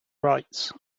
rights